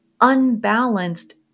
unbalanced